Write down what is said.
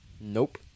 Nope